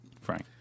Frank